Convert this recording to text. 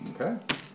Okay